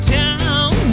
town